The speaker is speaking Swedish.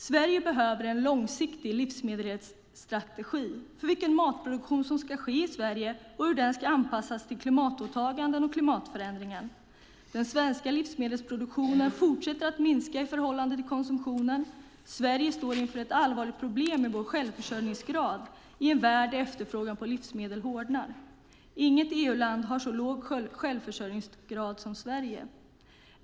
Sverige behöver en långsiktig livsmedelsstrategi för vilken matproduktion som ska ske i Sverige och hur den ska anpassas till klimatåtagandena och klimatförändringen. Den svenska livsmedelsproduktionen fortsätter att minska i förhållande till konsumtionen. Sverige står inför ett allvarligt problem med vår självförsörjningsgrad i en värld där efterfrågan på livsmedel hårdnar. Inget EU-land har så låg självförsörjningsgrad som Sverige.